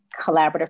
collaborative